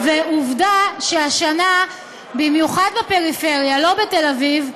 ועובדה שהשנה, במיוחד בפריפריה, לא בתל-אביב,